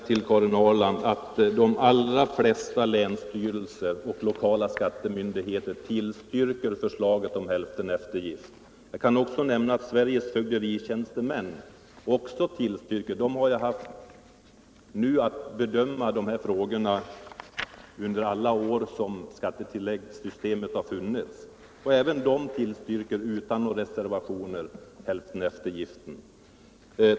Herr talman! De allra flesta länsstyrelser och lokala skattemyndigheter tillstyrker förslaget om hälfteneftergift. Jag kan också nämna att Sveriges fögderitjänstemän också tillstyrker detta förslag, och de har ju haft att bedöma de här frågorna under alla år skattetilläggssystemet har funnits. Även den tillstyrker således förslaget utan några reservationer.